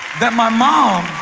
that my mom